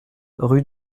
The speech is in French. rue